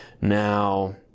now